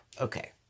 Okay